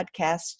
podcast